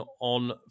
on